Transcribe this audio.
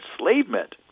enslavement